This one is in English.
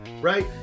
right